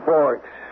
Forks